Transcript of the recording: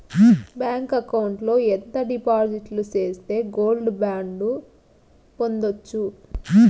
Bank account లో ఎంత డిపాజిట్లు సేస్తే గోల్డ్ బాండు పొందొచ్చు?